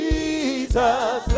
Jesus